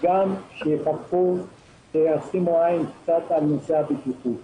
גם יפקחו וישימו עין על נושא הבטיחות.